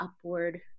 upward